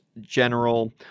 general